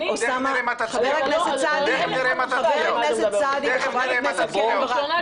חבר הכנסת סעדי וחברת הכנסת קרן ברק,